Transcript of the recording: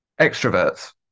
Extroverts